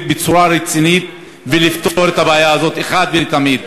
בצורה רצינית כדי לפתור את הבעיה הזאת אחת ולתמיד.